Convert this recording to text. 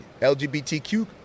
LGBTQ